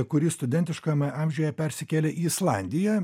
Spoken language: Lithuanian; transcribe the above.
kuri studentiškame amžiuje persikėlė į islandiją